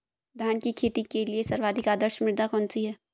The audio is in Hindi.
धान की खेती के लिए सर्वाधिक आदर्श मृदा कौन सी है?